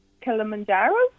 Kilimanjaro